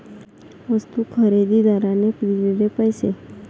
वस्तू खरेदीदाराने दिलेले पैसे